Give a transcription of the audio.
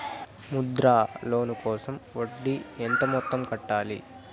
Mudra loan కోసం వడ్డీ ఎంత మొత్తం కట్టాలి